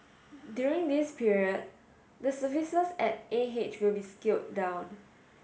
during this period the services at A H will be scaled down